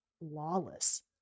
lawless